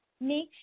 make